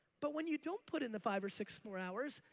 but when you don't put in the five or six more hours,